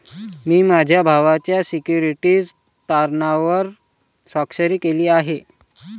मी माझ्या भावाच्या सिक्युरिटीज तारणावर स्वाक्षरी केली आहे